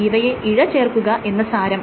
ഇവയെ ഇഴചേർക്കുക എന്ന് സാരം